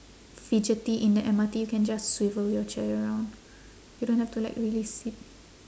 fidgety in the M_R_T you can just swivel your chair around you don't have to like release it